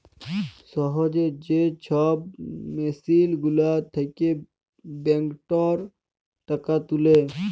সহজে যে ছব মেসিল গুলার থ্যাকে ব্যাংকটর টাকা তুলে